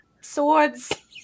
swords